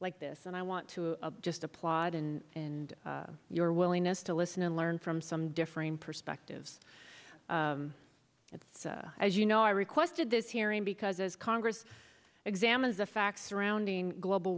like this and i want to just applaud and and your willingness to listen and learn from some differing perspectives it's as you know i requested this hearing because as congress examines the facts surrounding global